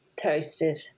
toasted